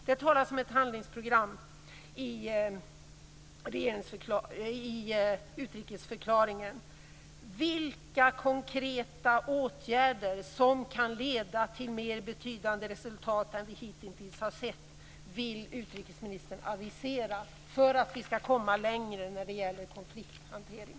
Det talas om ett handlingsprogram i utrikesförklaringen. Vilka konkreta åtgärder, som kan leda till mer betydande resultat än de vi hitintills har sett, vill utrikesministern avisera för att vi skall komma längre när det gäller konflikthantering?